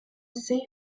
safe